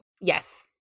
Yes